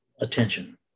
attention